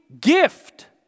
gift